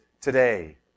today